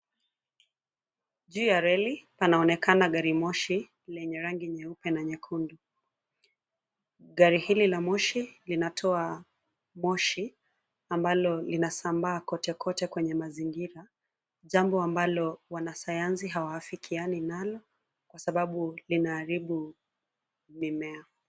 Juu ya reli panaonekana garimoshi lenye rangi nyeupe na nyekundu. Gari hili la moshi linatoa moshi amabalo linasambaa kote kote kwenye mazingira jambo ambalo wanasayansi hawaafikiani nalo kwa sababu linaharibu mimea.